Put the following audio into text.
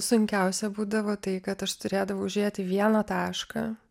sunkiausia būdavo tai kad aš turėdavau žiūrėt į vieną tašką